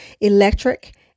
electric